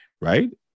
right